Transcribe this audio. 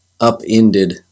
upended